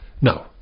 no